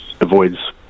avoids